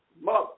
Mother